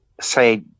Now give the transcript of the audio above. say